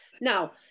Now